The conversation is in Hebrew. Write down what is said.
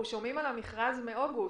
שומעים על המכרז מאוגוסט,